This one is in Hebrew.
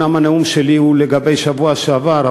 אומנם הנאום שלי הוא על השבוע שעבר,